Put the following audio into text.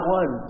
one